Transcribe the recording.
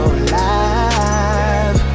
alive